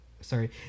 sorry